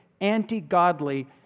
anti-godly